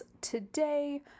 today